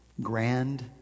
grand